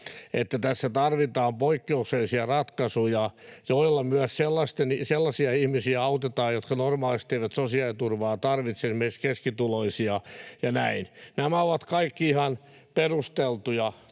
että tässä tarvitaan poikkeuksellisia ratkaisuja, joilla myös sellaisia ihmisiä autetaan, jotka normaalisti eivät sosiaaliturvaa tarvitse, esimerkiksi keskituloisia, ja näin. Nämä ovat kaikki ihan perusteltuja